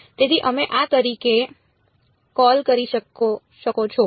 તેથી અમે આ તરીકે કૉલ કરી શકો છો